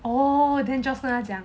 oh then joyce 跟他讲